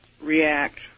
react